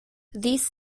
this